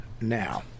now